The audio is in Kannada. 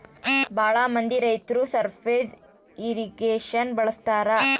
ಭಾಳ ಮಂದಿ ರೈತರು ಸರ್ಫೇಸ್ ಇರ್ರಿಗೇಷನ್ ಬಳಸ್ತರ